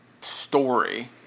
story